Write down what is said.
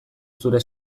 zure